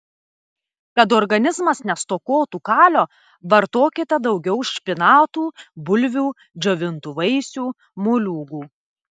kad organizmas nestokotų kalio vartokite daugiau špinatų bulvių džiovintų vaisių moliūgų